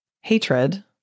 hatred